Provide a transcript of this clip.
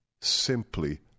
simply